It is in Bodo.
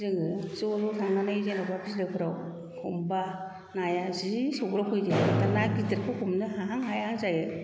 जोङो ज' ज' थांनानै जेन'बा बिलोफोराव हमबा नाया जि सौग्रावफैयो ना गिदिरखौ हमनो हाहां हायाहां जायो